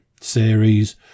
series